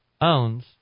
owns